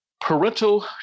parental